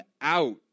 out